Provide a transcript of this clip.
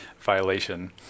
violation